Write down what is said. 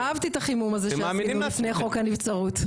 אהבתי את החימום הזה שעשינו לפני חוק הנבצרות.